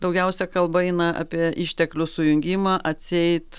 daugiausia kalba eina apie išteklių sujungimą atseit